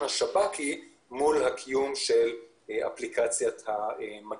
השב"כ לעומת הקיום של אפליקציית "המגן".